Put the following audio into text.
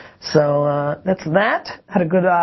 so that's that. had a good,